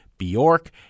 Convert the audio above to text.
Bjork